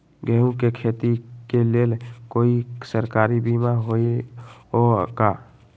गेंहू के खेती के लेल कोइ सरकारी बीमा होईअ का?